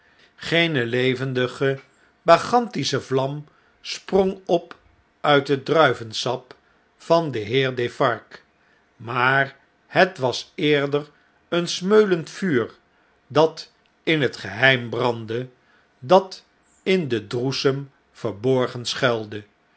stemde geenelevendige bacchantische vlam sprong op uit het druivensap van den heer defarge maar het was eerder een smeulend vuur dat in het geheim brandde dat in den droesem verborgen schuilde